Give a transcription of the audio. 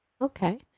Okay